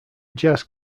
jazz